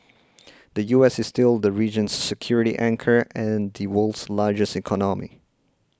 the U S is still the region's security anchor and the world's largest economy